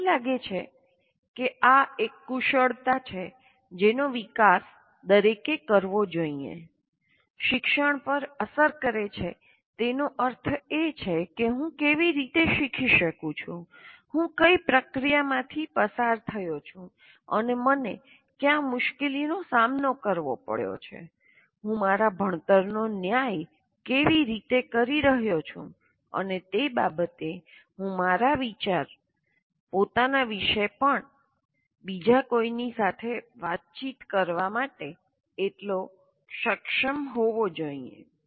મને લાગે છે કે આ એક કુશળતા છે જેનો વિકાસ દરેકે કરવો જોઈએ શિક્ષણ પર અસર કરે છે તેનો અર્થ એ છે કે હું કેવી રીતે શીખી શકું છું હું કઈ પ્રક્રિયામાંથી પસાર થયો છું અને મને ક્યા મુશ્કેલીનો સામનો કરવો પડ્યો છે હું મારા ભણતરનો ન્યાય કેવી રીતે કરી રહ્યો છું અને તે બાબતે હું મારા વિચાર પોતાના વિશે પણ બીજા કોઈની સાથે વાતચીત કરવા માટે સક્ષમ હોવો જોઈએ